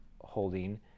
holding